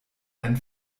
ein